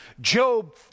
Job